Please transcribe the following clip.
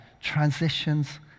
transitions